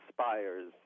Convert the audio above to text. spires